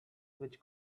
which